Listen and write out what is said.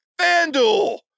FanDuel